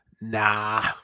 Nah